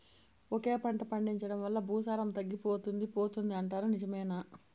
ఒకే పంట పండించడం వల్ల భూసారం తగ్గిపోతుంది పోతుంది అంటారు నిజమేనా